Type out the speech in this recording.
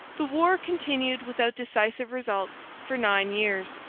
the war continued without decisive results for nine years.